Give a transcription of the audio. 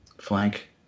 Flank